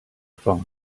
far